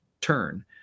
turn